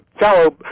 fellow